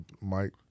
Mike